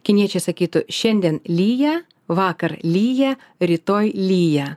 kiniečiai sakytų šiandien lyja vakar lyja rytoj lyja